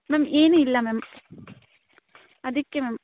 ma'am ಏನೂ ಇಲ್ಲ ma'am ಅದಕ್ಕೆ ಮ್ಯಾಮ್